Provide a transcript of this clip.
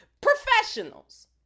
professionals